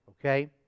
okay